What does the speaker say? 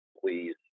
please